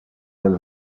del